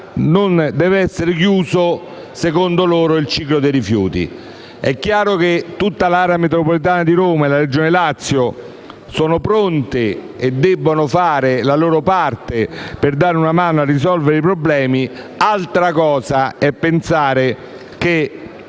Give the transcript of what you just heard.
non deve essere chiuso - secondo loro - il ciclo dei rifiuti. È chiaro che tutta l'area metropolitana di Roma e la Regione Lazio sono pronte e devono fare la loro parte per dare una mano a risolvere i problemi; altra cosa è pensare che